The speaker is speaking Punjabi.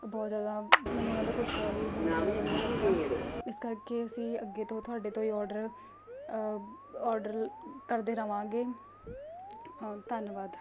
ਬਹੁਤ ਜ਼ਿਆਦਾ ਮੈਨੂੰ ਉਹਨਾਂ ਦਾ ਕੁੜਤਾ ਵੀ ਬਹੁਤ ਜ਼ਿਆਦਾ ਵਧੀਆ ਲੱਗਿਆ ਇਸ ਕਰਕੇ ਅਸੀਂ ਅੱਗੇ ਤੋਂ ਤੁਹਾਡੇ ਤੋਂ ਹੀ ਔਡਰ ਔਡਰ ਕਰਦੇ ਰਹਾਂਗੇ ਧੰਨਵਾਦ